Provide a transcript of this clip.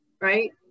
right